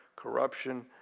corruption.